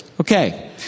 Okay